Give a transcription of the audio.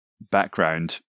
background